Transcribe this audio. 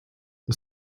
the